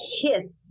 hit